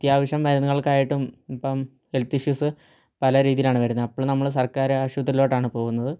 അത്യാവശ്യം മരുന്നുകൾക്കായിട്ടും ഇപ്പം ഹെൽത്ത് ഇഷ്യൂസ് പല രീതിയിലാണ് വരുന്നത് അപ്പോൾ നമ്മൾ സർക്കാർ ആശുപത്രിയിലോട്ടാണ് പോകുന്നത്